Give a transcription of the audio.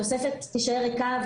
התוספת תישאר ריקה,